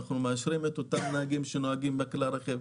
אנחנו מאשרים את אותם נהגים שנוהגים בכלי הרכב,